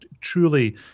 truly